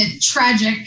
tragic